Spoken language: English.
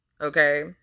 okay